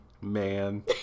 Man